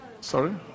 Sorry